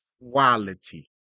quality